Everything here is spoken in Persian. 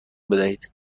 بدهید